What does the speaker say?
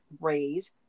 raise